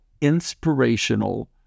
inspirational